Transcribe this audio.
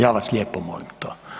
Ja vas lijepo molim to.